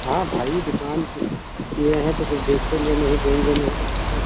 हाँ भाई दुकान किए किए हैं तो कुछ बेचेंगे नहीं देंगे नहीं तो किसको देंगे